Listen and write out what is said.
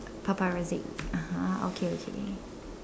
paparazzi (uh huh) okay okay